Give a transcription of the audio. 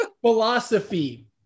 Philosophy